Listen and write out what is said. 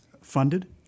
funded